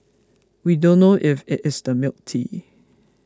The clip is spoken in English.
we don't know if it is the milk tea